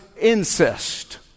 incest